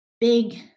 big